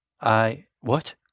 I—what